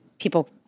people